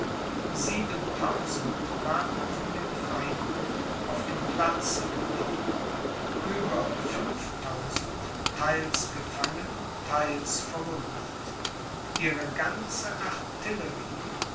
waren von den feinden auf dem platze geblieben über fünftausend theils gefangen theils verwundet ihre ganze artillerie